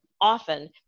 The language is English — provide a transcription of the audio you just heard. often